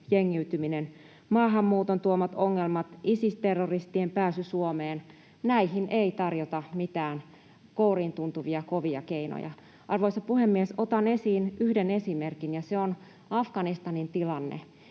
maahanmuuton tuomat ongelmat, Isis-terroristien pääsy Suomeen — näihin ei tarjota mitään kouriintuntuvia, kovia keinoja. Arvoisa puhemies! Otan esiin yhden esimerkin, ja se on Afganistanin tilanne.